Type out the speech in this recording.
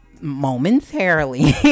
momentarily